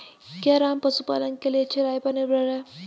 क्या राम पशुपालन के लिए चराई पर निर्भर है?